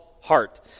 heart